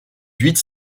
huit